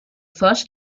first